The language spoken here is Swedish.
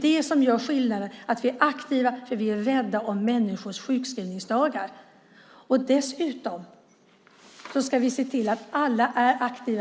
Det som gör skillnaden är att vi är aktiva därför att vi är rädda om människors sjukskrivningsdagar. Dessutom ska vi se till att alla är aktiva.